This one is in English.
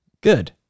good